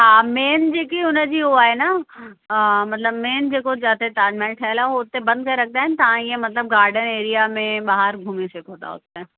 हा मेन जेकी हुनजी उहो आहे न मतलबु मेन जेको जिते ताजमहल ठहियल आहे उहो हुते बंदि करे रखंदा आहिनि तां इअं मतलबु गार्डन एरिया में ॿाहिरि घुमीं सघो था हुते